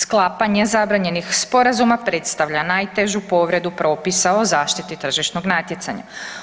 Sklapanje zabranjenih sporazuma predstavlja najtežu povredu propisa o zaštiti tržišnog natjecanja.